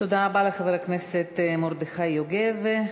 תודה רבה לחבר הכנסת מרדכי יוגב.